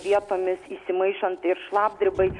vietomis įsimaišant ir šlapdribai